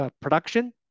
production